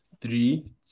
three